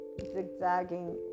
zigzagging